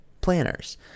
planners